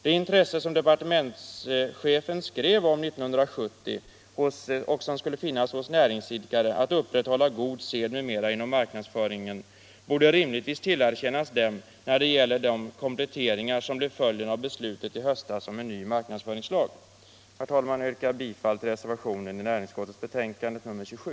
Det intresse som enligt vad departementschefen skrev 1970 skulle finnas hos näringsidkare att upprätthålla god sed m.m. inom marknadsföringen borde rimligtvis tillerkännas dem när det gäller de kompletteringar som behövs till följd av beslutet i höstas om en ny marknadsföringslag. Herr talman! Jag yrkar bifall till reservationen i näringsutskottets betänkande nr 27.